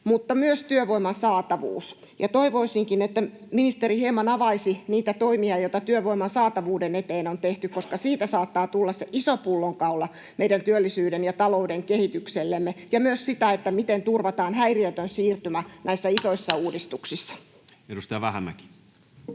mutta myös työvoiman saatavuus. Toivoisinkin, että ministeri hieman avaisi niitä toimia, joita työvoiman saatavuuden eteen on tehty, koska siitä saattaa tulla se iso pullonkaula meidän työllisyyden ja talouden kehityksellemme, ja myös sitä, miten turvataan häiriötön siirtymä näissä isoissa uudistuksissa. [Speech